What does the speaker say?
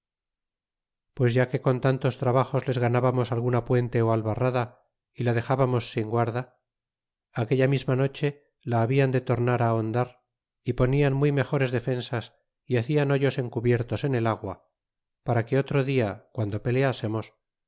pues ya que con tantos trabajos les ganábamos alguna puente ó albarrada y la dexábamos sin guarda aquella misma noche la hablan de tornar á hondar y ponian muy mejores defensas y hacian hoyos encubiertos en el agua para que otro dia guando